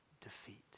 defeat